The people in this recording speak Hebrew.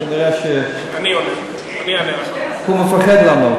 כנראה הוא מפחד לענות,